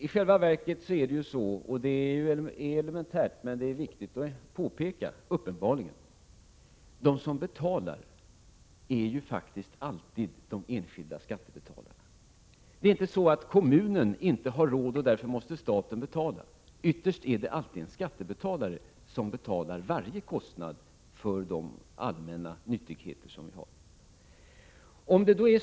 I själva verket är det faktiskt alltid de enskilda skattebetalarna som står för kostnaderna — det är elementärt, men uppenbarligen viktigt att påpeka. Det är inte så, att kommunen inte har råd och att staten därför måste betala. Ytterst är det alltid en skattebetalare som står för varje kostnad för de allmänna nyttigheter som vi har.